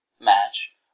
match